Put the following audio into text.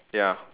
ya